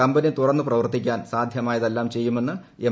company തുറന്നു പ്രവർത്തിക്കാൻ സാധൃമായതെല്ലാം ചെയ്യുമെന്ന് എം